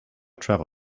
travels